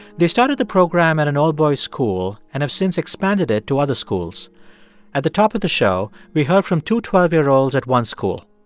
they started the program at an all-boys school and have since expanded it to other schools at the top of the show, we heard from two twelve year olds at one school.